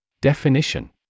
Definition